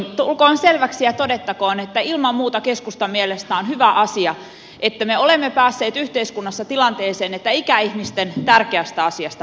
tulkoon selväksi ja todettakoon että ilman muuta keskustan mielestä on hyvä asia että me olemme päässeet yhteiskunnassa tilanteeseen jossa ikäihmisten tärkeästä asiasta puhutaan